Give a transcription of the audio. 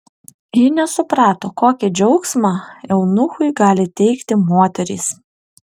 ji nesuprato kokį džiaugsmą eunuchui gali teikti moterys